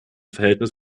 verhältnis